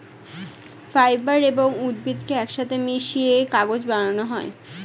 fibre এবং উদ্ভিদকে একসাথে মিশিয়ে কাগজ বানানো হয়